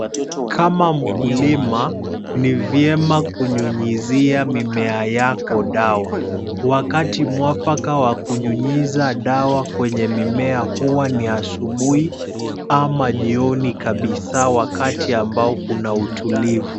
Kama mkulima, ni vyema kunyunyizia mimea yako dawa. Wakati mwafaka wa kunyunyiza dawa kwenye mimea huwa ni asubuhi ama jioni kabisa wakati ambao kuna utulivu.